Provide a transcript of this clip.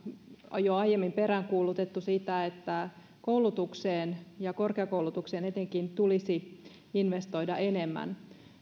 jo aiemmin peräänkuulutettu sitä että koulutukseen ja korkeakoulutukseen etenkin tulisi investoida enemmän